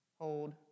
hold